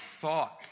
thought